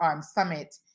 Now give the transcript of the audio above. Summit